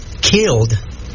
killed